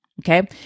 okay